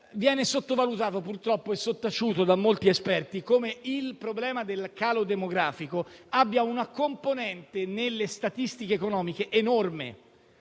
sottovalutato e sottaciuto da molti esperti che il problema del calo demografico è una componente enorme nelle statistiche economiche.